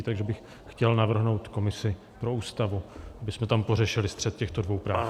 Takže bych chtěl navrhnout komisi pro Ústavu, abychom tam pořešili střet těchto dvou práv.